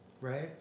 right